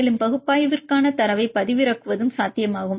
மேலும் பகுப்பாய்விற்கான தரவைப் பதிவிறக்குவதும் சாத்தியமாகும்